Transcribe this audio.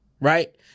Right